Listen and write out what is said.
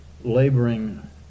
laboring